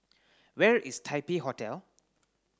where is Taipei Hotel